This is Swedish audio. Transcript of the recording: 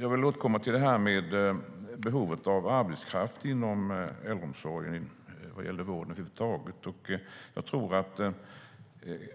Jag vill återkomma till behovet av arbetskraft inom äldreomsorgen och inom vården över huvud taget.